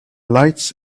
lights